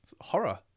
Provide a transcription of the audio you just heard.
horror